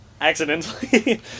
Accidentally